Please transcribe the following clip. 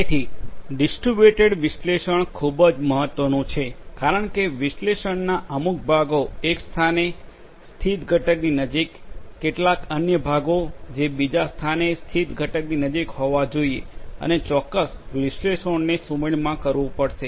તેથી ડિસ્ટ્રિબ્યુટેડ વિશ્લેષણ ખૂબ મહત્વનું છે કારણ કે વિશ્લેષણના અમુક ભાગો એક સ્થાને સ્થિત ઘટકની નજીક કેટલાક અન્ય ભાગો જે બીજા સ્થાને સ્થિત ઘટકની નજીક હોવા જોઈએ અને ચોક્કસ વિશ્લેષણોને સુમેળમાં કરવું પડશે